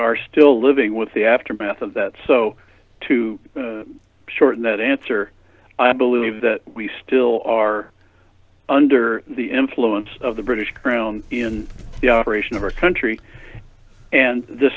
are still living with the aftermath of that so to shorten that answer i believe that we still are under the influence of the british crown in the operation of our country and the